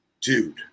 Dude